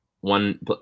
one